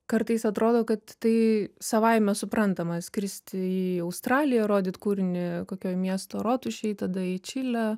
kartais atrodo kad tai savaime suprantama skristi į australiją ir rodyt kūrinį kokioj miesto rotušėj tada į čilę